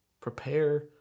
prepare